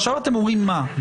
עכשיו אתם אומרים מה?